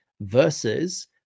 versus